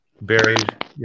buried